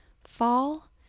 fall